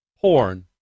porn